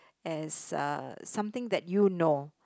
as uh something that you know